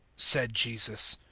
said jesus,